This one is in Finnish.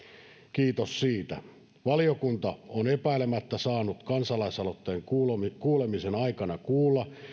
kiitos siitä valiokunta on epäilemättä saanut kansalaisaloitteen kuulemisen kuulemisen aikana kuulla